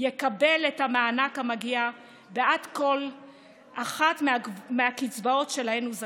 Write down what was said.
יקבל את המענק המגיע בעד כל אחת מהקצבאות שלהן הוא זכאי.